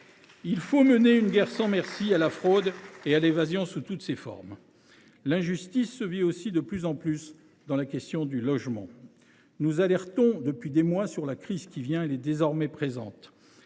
Il faut mener une guerre sans merci à la fraude et à l’évasion sous toutes leurs formes. L’injustice se vit aussi, de plus en plus, au travers du logement. Nous alertons depuis des mois sur une crise imminente. Elle est désormais présente,